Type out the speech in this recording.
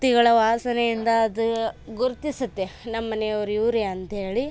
ವ್ಯಕ್ತಿಗಳ ವಾಸನೆಯಿಂದ ಅದು ಗುರುತಿಸುತ್ತೆ ನಮ್ಮನೆಯವ್ರು ಇವರೇ ಅಂತಹೇಳಿ